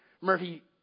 Murphy